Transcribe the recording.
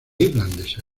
irlandesa